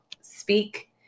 speak